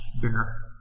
bear